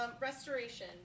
Restoration